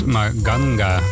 Maganga